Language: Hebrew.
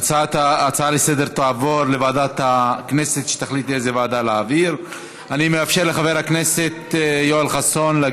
ההצעה להעביר את הנושא לוועדה שתקבע ועדת הכנסת נתקבלה.